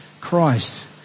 Christ